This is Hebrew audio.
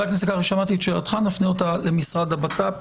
נפנה אותך למשרד הבט"פ,